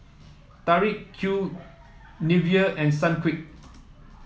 Tori Q Nivea and Sunquick